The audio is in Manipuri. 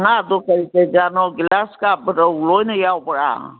ꯉꯥꯗꯣ ꯀꯔꯤ ꯀꯔꯤ ꯉꯥꯅꯣ ꯒ꯭ꯔꯥꯁꯀꯞ ꯔꯧ ꯂꯣꯏꯅ ꯌꯥꯎꯕ꯭ꯔꯥ